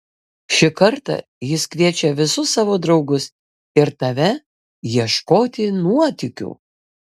šį kartą jis kviečia visus savo draugus ir tave ieškoti nuotykių